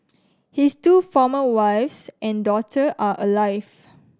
his two former wives and daughter are alive